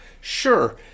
Sure